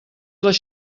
les